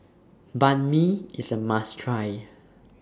Banh MI IS A must Try